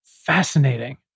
Fascinating